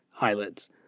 eyelids